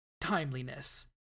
timeliness